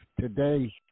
Today